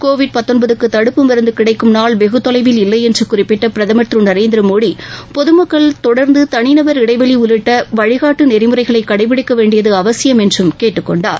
கோவிட்டுக்கு தடுப்பு மருந்து கிடைக்கும் நாள் வெகுதொலைவில் இல்லை என்று குறிப்பிட்ட பிரதமர் திரு நரேந்திர மோடி பொதுமக்கள் தொடர்ந்து தனிநபர் இடைவெளி உள்ளிட்ட வழிகாட்டு நெறிமுறைகளை கடைபிடிக்க வேண்டியது அவசியம் என்றும் கேட்டுக் கொண்டார்